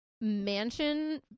mansion